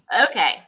Okay